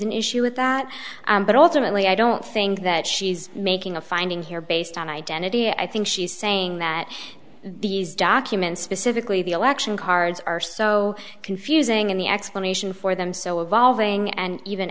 an issue with that but ultimately i don't think that she's making a finding here based on identity i think she's saying that these documents specifically the election cards are so confusing and the explanation for them so evolving and even